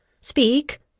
Speak